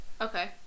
Okay